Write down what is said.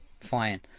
fine